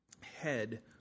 head